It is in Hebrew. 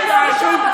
זה היה הכי נכון.